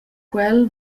quel